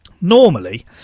Normally